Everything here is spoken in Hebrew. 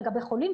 לגבי חולים,